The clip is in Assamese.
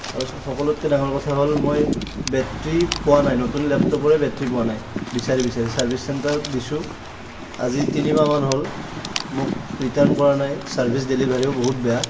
তাৰপিছত সকলোতকৈ ডাঙৰ কথা হল মই বেটেৰি পোৱা নাই নতুন লেপটপৰে বেটেৰি পোৱা নাই বিচাৰি বিচাৰি চাৰ্ভিছ চেণ্টাৰত দিছোঁ আজি তিনি মাহমান হ'ল মোক ৰিটাৰ্ণ কৰা নাই চাৰ্ভিছ ডেলিভাৰীও বহুত বেয়া